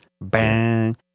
Bang